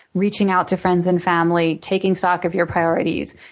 reaching out to friends and family, taking stock of your priorities.